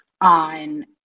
on